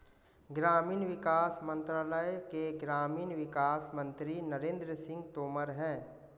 ग्रामीण विकास मंत्रालय के ग्रामीण विकास मंत्री नरेंद्र सिंह तोमर है